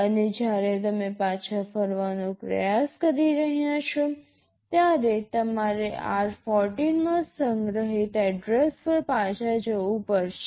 અને જ્યારે તમે પાછા ફરવાનો પ્રયાસ કરી રહ્યાં છો ત્યારે તમારે r14 માં સંગ્રહિત એડ્રેસ પર પાછા જવું પડશે